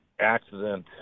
accident